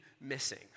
missing